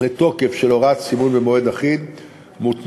לתוקף של הוראת סימון במועד אחיד מותנית